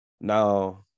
now